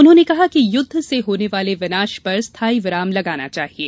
उन्होंने कहा कि युद्ध से होने वाले विनाश पर स्थाई विराम लगना चाहिये